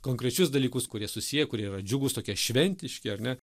konkrečius dalykus kurie susiję kurie yra džiugūs tokie šventiški ar ne